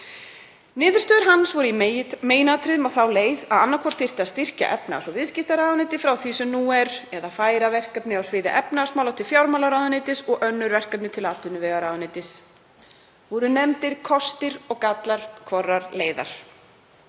Niðurstöður hans voru í meginatriðum á þá leið að annaðhvort þyrfti að styrkja efnahags- og viðskiptaráðuneytið frá því sem nú er eða færa verkefni á sviði efnahagsmála til fjármálaráðuneytis og önnur verkefni til atvinnuvegaráðuneytis. Voru nefndir kostir og gallar hvorrar leiðar.“